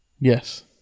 yes